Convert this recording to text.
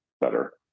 better